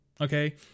okay